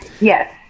Yes